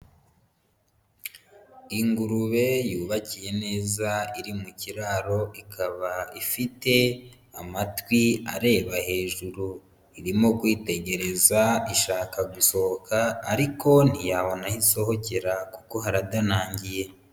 Ingurube yubakiye neza iri mu kiraro ikaba ifite amatwi areba hejuru. Irimo kwitegereza ishaka gusohoka ariko ntiyabona aho isohokera kuko haradanangiye.